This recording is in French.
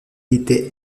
était